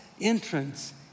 entrance